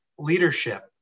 leadership